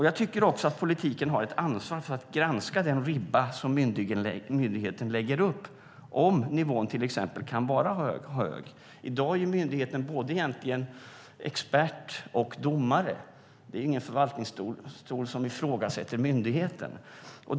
Jag tycker också att politiken har ett ansvar för att granska den ribba som myndigheten lägger upp och se om nivån till exempel är för hög. I dag är myndigheten egentligen både expert och domare. Det är ingen förvaltningsdomstol som ifrågasätter myndigheten.